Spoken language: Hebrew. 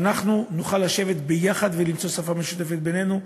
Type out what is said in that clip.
שאנחנו נוכל לשבת ביחד ולמצוא שפה משותפת בינינו,